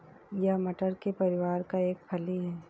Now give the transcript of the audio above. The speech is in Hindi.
यह मटर के परिवार का एक फली है